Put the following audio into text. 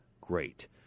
great